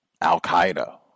Al-Qaeda